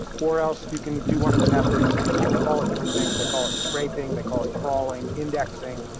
or, else, you can do one of the methods, people call it different things. they call it scraping they call it crawling, indexing,